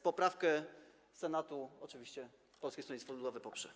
Poprawkę Senatu oczywiście Polskie Stronnictwo Ludowe poprze.